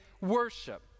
worship